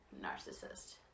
narcissist